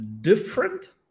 different